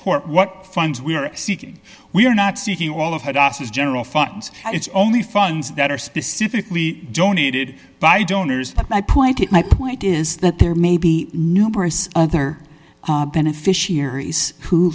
court what funds we are seeking we are not sitting all of harasses general funds it's only funds that are specifically donated by donors i pointed my point is that there may be numerous other beneficiaries who